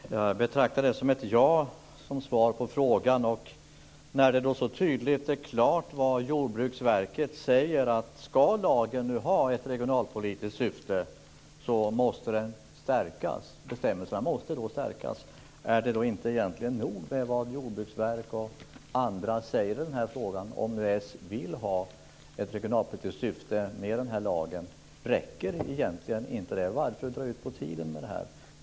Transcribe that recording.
Fru talman! Jag betraktar det som ett ja som svar på frågan. Jordbruksverket säger klart och tydligt att om jordförvärvslagen ska ha ett regionalpolitiskt syfte måste bestämmelserna stärkas. Räcker det inte med det som Jordbruksverket och andra säger i den här frågan, om nu socialdemokraterna vill att lagen ska ha ett regionalpolitiskt syfte? Varför dra ut på tiden?